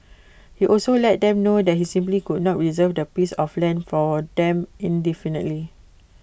he also let them know that he simply could not reserve that piece of land for them indefinitely